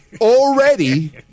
already